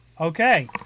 okay